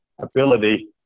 ability